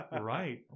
right